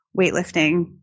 Weightlifting